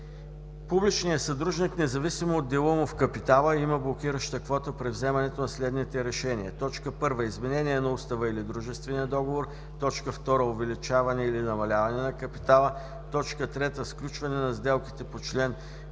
Публичният съдружник, независимо от дела му в капитала, има блокираща квота при вземането на следните решения: 1. изменение на устава или на дружествения договор; 2. увеличаване и намаляване на капитала; 3. сключване на сделките по чл. 236, ал.